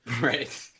Right